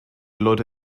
leute